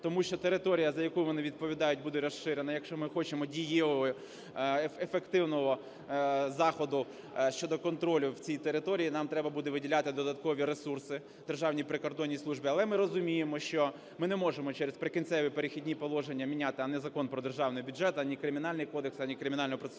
тому що територія, за яку вони відповідають, буде розширена. Якщо ми хочемо дієвого, ефективного заходу щодо контролю в цій території, нам треба буде виділяти додаткові ресурси Державній прикордонній службі, але ми розуміємо, що ми не можемо через "Прикінцеві і перехідні положення" міняти ані Закон про Державний бюджет, ані Кримінальний кодекс, ані Кримінально-процесуальний,